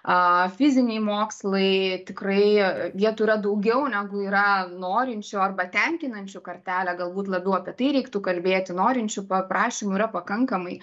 fiziniai mokslai tikrai vietų yra daugiau negu yra norinčių arba tenkinančių kartelę galbūt labiau apie tai reiktų kalbėti norinčių paprašymų yra pakankamai